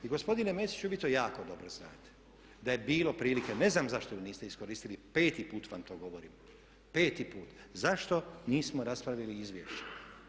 I gospodine Mesiću vi to jako dobro znate da je bilo prilike, ne znam zašto ju niste iskoristili peti put vam to govorim, peti put, zašto nismo raspravili izvješće?